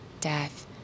death